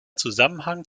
zusammenhang